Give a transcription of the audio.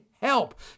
help